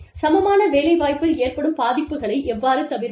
சமமான வேலை வாய்ப்பில் ஏற்படும் பாதிப்புகளை எவ்வாறு தவிர்ப்பது